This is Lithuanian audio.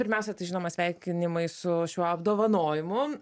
pirmiausia tai žinoma sveikinimai su šiuo apdovanojimu